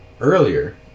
earlier